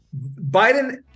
Biden